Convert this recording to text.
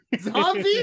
Zombie